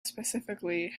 specifically